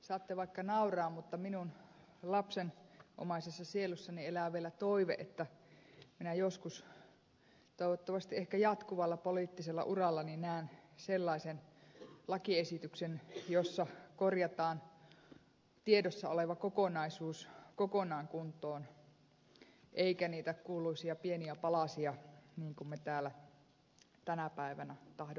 saatte vaikka nauraa mutta minun lapsenomaisessa sielussani elää vielä toive että minä joskus toivottavasti ehkä jatkuvalla poliittisella urallani näen sellaisen lakiesityksen jossa korjataan tiedossa oleva kokonaisuus kokonaan kuntoon eikä niitä kuuluisia pieniä palasia niin kuin me täällä tänä päivänä tahdomme tehdä